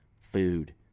food